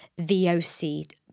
VOC